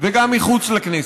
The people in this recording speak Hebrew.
וגם מחוץ לכנסת.